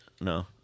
No